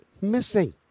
missing